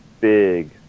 big